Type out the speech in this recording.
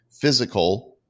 physical